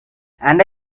and